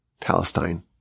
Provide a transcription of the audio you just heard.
Palestine